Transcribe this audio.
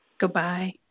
Goodbye